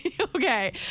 Okay